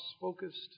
focused